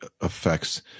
affects